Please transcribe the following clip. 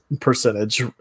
percentage